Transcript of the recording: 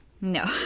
No